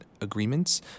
agreements